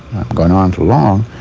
gone on too long,